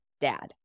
dad